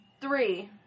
three